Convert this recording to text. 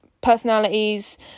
personalities